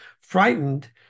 Frightened